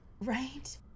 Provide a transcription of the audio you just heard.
Right